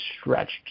stretched